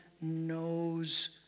knows